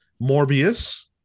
Morbius